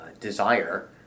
desire